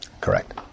Correct